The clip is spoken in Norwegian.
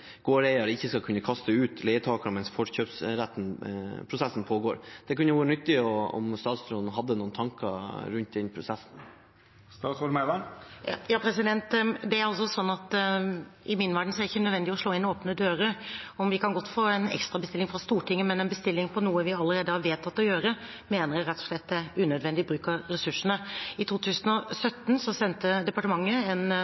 ikke skal kunne kaste ut leietakere mens forkjøpsprosessen pågår. Det kunne være nyttig om statsråden hadde noen tanker rundt den prosessen. Det er slik at i min verden er det ikke nødvendig å slå inn åpne dører. Vi kan godt få en ekstrabestilling fra Stortinget, men en bestilling på noe vi allerede har vedtatt å gjøre, mener jeg rett og slett er en unødvendig bruk av ressursene. I 2017 sendte departementet en